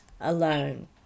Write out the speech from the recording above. alone